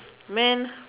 man